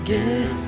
Give